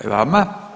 I vama.